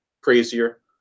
crazier